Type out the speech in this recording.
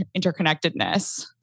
interconnectedness